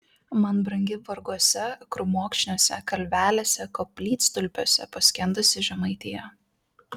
man brangi varguose krūmokšniuose kalvelėse koplytstulpiuose paskendusi žemaitija